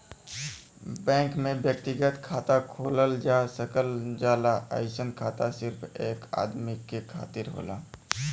bank में व्यक्तिगत खाता खोलल जा सकल जाला अइसन खाता सिर्फ एक आदमी के खातिर होला